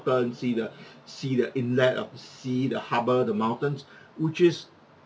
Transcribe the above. see the see the inlet uh see the harbour the mountains which is